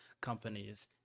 companies